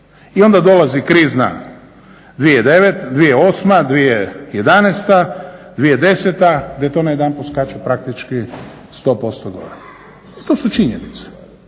I onda dolazi krizna 2008., 2010., 2011. gdje to najedanput skače praktički 100% gore. I to su činjenice.